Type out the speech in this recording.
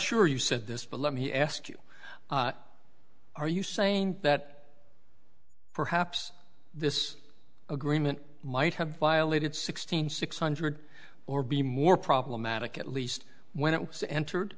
sure you said this but let me ask you are you saying that perhaps this agreement might have violated sixteen six hundred or be more problematic at least when it was entered